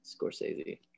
scorsese